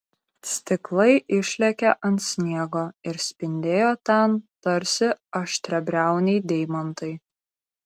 stiklai išlėkė ant sniego ir spindėjo ten tarsi aštriabriauniai deimantai